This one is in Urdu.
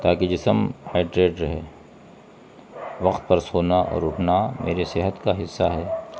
تاکہ جسم ہائڈریٹ رہے وقت پر سونا اور اٹھنا میری صحت کا حصہ ہے